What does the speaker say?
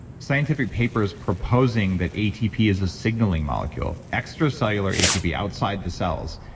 scientific papers proposing that atp is a signaling molecule, extracellular atp outside the cells.